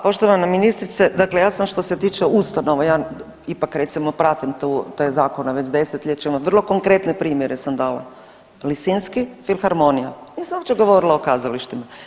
Poštovana ministrice, dakle ja sam što se tiče ustanova, ja ipak recimo pratim tu te zakone već 10-ljećima vrlo konkretne primjere sam dala, Lisinski, Filharmonija, nisam uopće govorila o kazalištima.